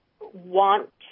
want